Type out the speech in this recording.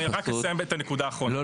רק אסיים את הנקודה האחרונה --- לא,